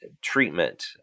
treatment